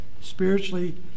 spiritually